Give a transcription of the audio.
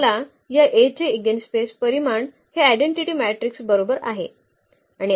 आपल्याला या A चे इगेनस्पेस परिमाण हे आयडेंटिटीमॅट्रिक्स बरोबर आहे